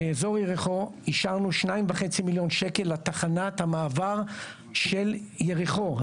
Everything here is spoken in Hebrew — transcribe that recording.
באזור יריחו אישרנו 2.5 מיליון שקלים לתחנת המעבר של יריחו,